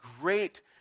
great